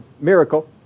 miracle